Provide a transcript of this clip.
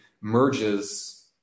merges